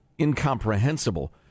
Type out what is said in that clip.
incomprehensible